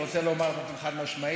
ואני רוצה לומר באופן חד-משמעי,